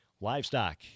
Livestock